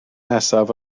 nesaf